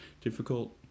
difficult